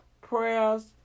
Prayers